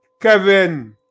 Kevin